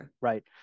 right